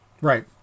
Right